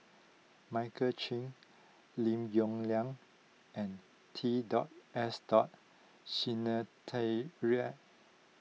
Michael Chiang Lim Yong Liang and T dot S dot Sinnathuray